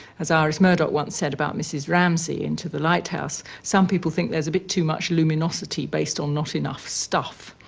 as iris murdoch once said about mrs. ramsay in to the lighthouse, some people think there's a bit too much luminosity based on not enough stuff.